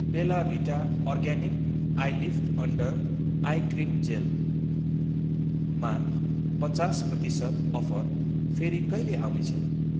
Bella Vita organic eyelift under eye cream जेलमा पचास प्रतिशत अफर फेरि कहिले आउने छ